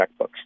checkbooks